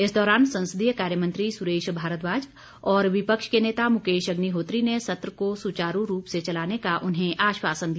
इस दौरान संसदीय कार्य मंत्री सुरेश भारद्वाज और विपक्ष के नेता मुकेश अग्निहोत्री ने सत्र को सुचारू रूप से चलाने का उन्हें आश्वासन दिया